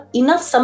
enough